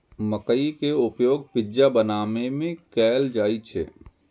मकइ के उपयोग पिज्जा बनाबै मे कैल जाइ छै